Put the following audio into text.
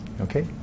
Okay